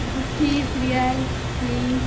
گٹھی serial film